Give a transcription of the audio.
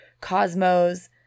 cosmos